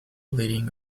leading